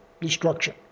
destruction